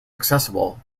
accessible